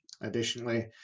Additionally